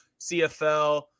cfl